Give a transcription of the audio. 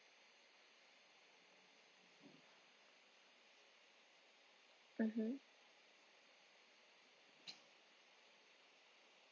mmhmm